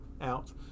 out